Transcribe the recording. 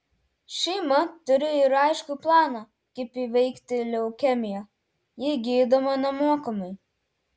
šeima turi ir aiškų planą kaip įveikti leukemiją ji gydoma nemokamai